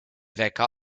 wecker